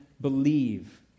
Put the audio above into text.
believe